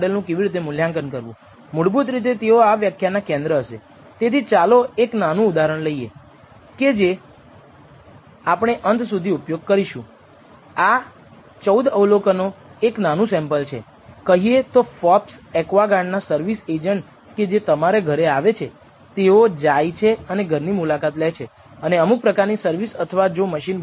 18 કેમ છે તેનું કારણ એ છે કે આપણે હવે સામાન્ય વિતરણથી જટિલ મૂલ્ય પ્રાપ્ત કરી શકતા નથી પરંતુ t વિતરણથી કારણ કે σ2 ડેટામાંથી અંદાજવામાં આવે છે અને પ્રાધાન્યતા જાણીતી નથી